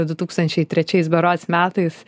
du tūkstančiai trečias berods metais